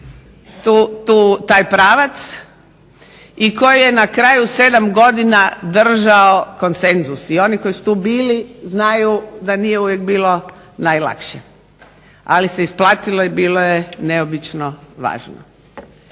taj pravac i koji je na kraju 7 godina držao konsenzus. I oni koji su tu bili znaju da nije uvijek bilo najlakše, ali se isplatilo i bilo je neobično važno.